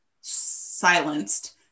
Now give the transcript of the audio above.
silenced